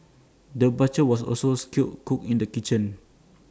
the butcher was also A skilled cook in the kitchen